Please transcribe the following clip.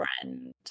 friend